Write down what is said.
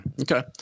okay